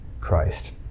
Christ